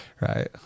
Right